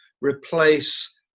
replace